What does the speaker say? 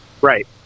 Right